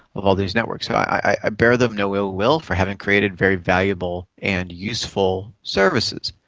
of all these networks. i bear them no ill will for having created very valuable and useful services.